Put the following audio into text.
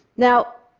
now,